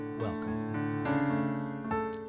Welcome